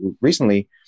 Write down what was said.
recently